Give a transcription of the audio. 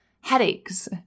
headaches